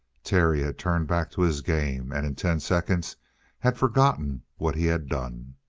terry had turned back to his game, and in ten seconds had forgotten what he had done.